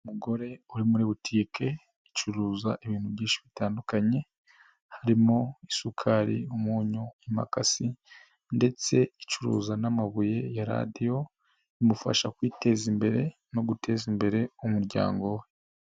Umugore uri muri butike icuruza ibintu byinshi bitandukanye. Harimo: isukari, umunyu, imakasi ndetse icuruza n'amabuye ya radiyo. Imufasha kwiteza imbere no guteza imbere umuryango we.